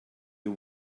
you